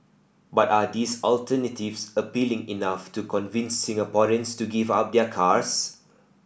but are these alternatives appealing enough to convince Singaporeans to give up their cars